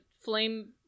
flame